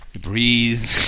Breathe